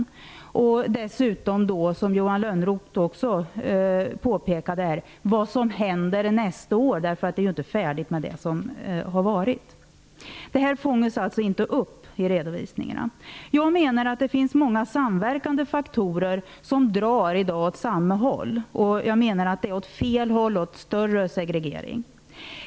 Som Johan Lönnroth påpekade är det intressant att få veta vad som händer nästa år, för det räcker ju inte med det som har gjorts. Detta fångas alltså inte upp i redovisningarna. I dag finns många samverkande faktorer, faktorer som drar åt samma håll. Jag menar att de här drar åt fel håll, mot en större segregering.